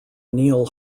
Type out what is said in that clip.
neal